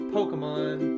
Pokemon